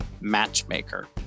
matchmaker